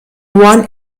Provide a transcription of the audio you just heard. one